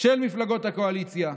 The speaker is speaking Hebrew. של מפלגות הקואליציה: